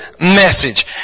message